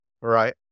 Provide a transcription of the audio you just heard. right